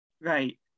right